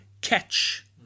catch